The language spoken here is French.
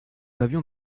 avions